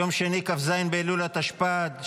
יום שני כ"ז באלול התשפ"ד,